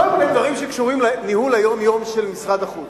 כל מיני דברים שקשורים לניהול היום-יום של משרד החוץ.